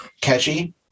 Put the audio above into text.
catchy